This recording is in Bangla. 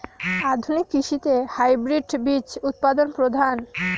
আধুনিক কৃষিতে হাইব্রিড বীজ উৎপাদন প্রধান